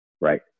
right